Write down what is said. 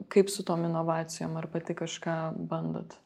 kaip su tom inovacijom ar pati kažką bandot